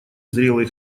зрелый